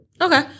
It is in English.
Okay